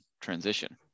transition